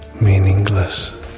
Meaningless